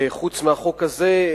וחוץ מהחוק הזה,